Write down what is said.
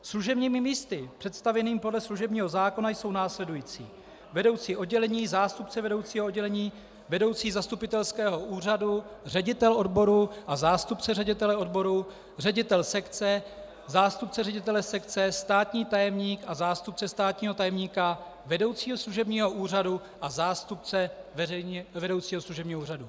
Služebními místy představených podle služebního zákona jsou následující: vedoucí oddělení, zástupce vedoucího oddělení, vedoucí zastupitelského úřadu, ředitel odboru a zástupce ředitele odboru, ředitel sekce, zástupce ředitele sekce, státní tajemník a zástupce státního tajemníka, vedoucí služebního úřadu a zástupce vedoucího služebního úřadu.